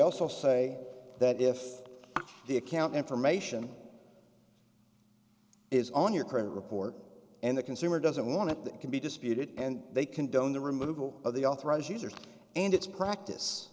also say that if the account information it's on your credit report and the consumer doesn't want that can be disputed and they condone the removal of the authorized user and it's practice